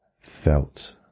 Felt